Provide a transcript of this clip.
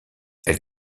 elle